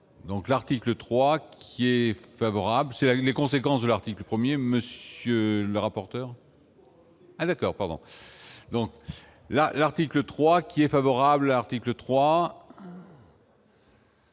Donc, l'article 3 qui est favorable, c'est là une des conséquences de l'article 1er, monsieur le rapporteur. à l'accord, pardon, donc là, l'article 3 qui est favorable, article 3.